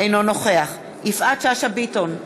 אינו נוכח יפעת שאשא ביטון,